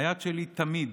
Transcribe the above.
היד שלי תמיד